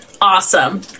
Awesome